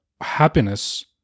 happiness